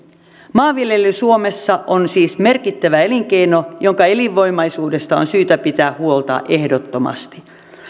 maanviljely suomessa on siis merkittävä elinkeino jonka elinvoimaisuudesta on syytä pitää huolta ehdottomasti